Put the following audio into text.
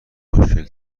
خوشگل